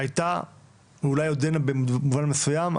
היתה ואולי עודנה במובן מסויים,